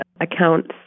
accounts